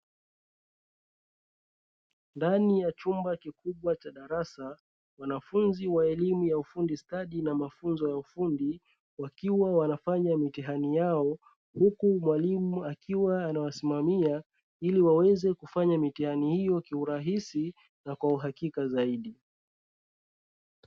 Ndani ya chumba kikubwa cha darasa, wanafunzi wa elimu ya ufundi stadi na mafunzo ya ufundi, wakiwa wanafanya mitihani yao huku mwalimu akiwa anawasimamia. Ili waweze kufanya mitihani hiyo, kiurahisi na kwa uhakika zaidi.